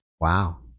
Wow